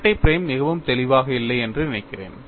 இரட்டை பிரைம் மிகவும் தெளிவாக இல்லை என்று நினைக்கிறேன்